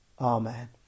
Amen